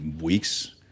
weeks